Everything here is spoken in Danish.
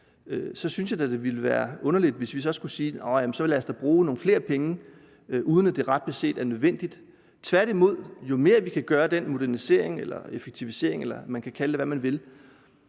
Så synes jeg da, det ville være underligt, hvis vi skulle sige, at nå, jamen lad os da bruge nogle flere penge, uden at det ret beset er nødvendigt. Tværtimod, jo mere vi kan gøre ved den modernisering eller ved den effektivisering – man kan kalde det, hvad man vil